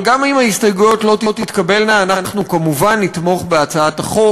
אבל גם אם ההסתייגויות לא תתקבלנה אנחנו כמובן נתמוך בהצעת החוק.